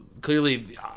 clearly